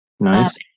Nice